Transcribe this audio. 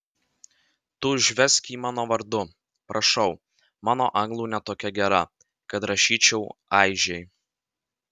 tu užvesk jį mano vardu prašau mano anglų ne tokia gera kad rašyčiau aižei